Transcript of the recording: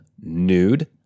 nude